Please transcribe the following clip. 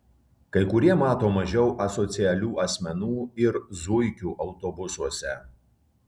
kai kurie mato mažiau asocialių asmenų ir zuikių autobusuose